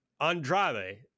Andrade